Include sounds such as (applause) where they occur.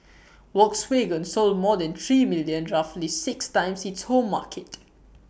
(noise) Volkswagen sold more than three million roughly six times its home market